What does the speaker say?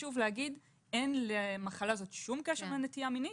חשוב להגיד שאין למחלה הזאת שום קשר לנטייה מינית,